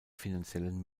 finanziellen